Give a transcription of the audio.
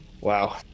Wow